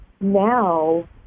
now